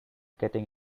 getting